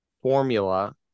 formula